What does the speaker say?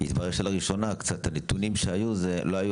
לא היו